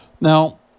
Now